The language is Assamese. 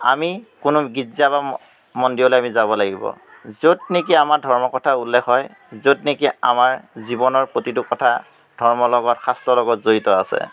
আমি কোনো গীৰ্জা বা মন্দিৰলৈ আমি যাব লাগিব য'ত নেকি আমাৰ ধৰ্মৰ কথা উল্লেখ হয় য'ত নেকি আমাৰ জীৱনৰ প্ৰতিটো কথা ধৰ্মৰ লগত শাস্ত্ৰৰ লগত জড়িত আছে